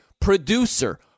producer